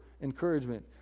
encouragement